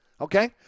Okay